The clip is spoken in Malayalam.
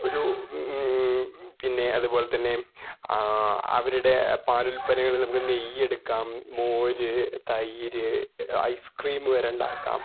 ഒരു പിന്നെ അതുപോലെ തന്നെ അവരുടെ പാലുല്പ്പന്നങ്ങളില് നിന്നും നമുക്ക് നെയ്യ് എടുക്കാം മോര് തൈര് ഐസ്ക്രീമ് വരെ ഉണ്ടാക്കാം